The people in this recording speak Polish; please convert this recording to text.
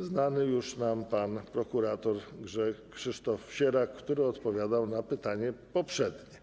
znany już nam pan prokurator Krzysztof Sierak, który odpowiadał na poprzednie pytanie.